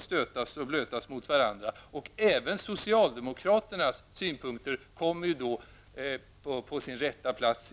stötas och blötas mot varandra. Även socialdemokraternas synpunkter kommer ju i det sammanhanget på sin rätta plats.